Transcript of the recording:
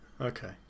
Okay